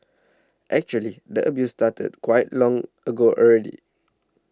actually the abuse started quite long ago already